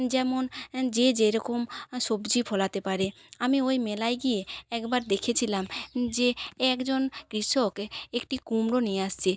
যেমন যে যেরকম সবজি ফলাতে পারে আমি ওই মেলায় গিয়ে একবার দেখেছিলাম যে একজন কৃষকে একটি কুমড়ো নিয়ে আসছে